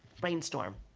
brainstorm.